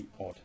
odd